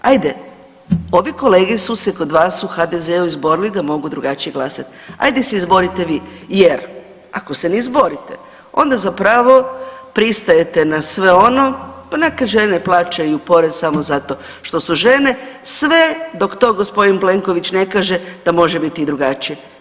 Ajde, ovi kolege su se kod vas u HDZ-u izborili da mogu drugačije glasati, ajde se izborite vi jer ako se ne izborite onda zapravo pristajete na sve ono pa neka žene plaćaju porez samo zato što su žene sve dok to gospodin Plenković ne kaže da može biti i drugačije.